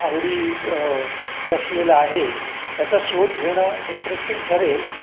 आवडीत वसलेलं आहे याचा शोध घेणं इंटरेस्टिंग ठरेल